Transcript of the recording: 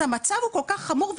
המצב הוא כל כך חמור.